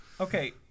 Okay